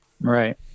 right